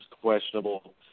questionable